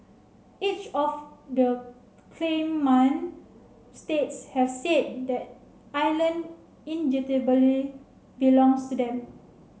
each of the claimant states have said that island indubitably belongs to them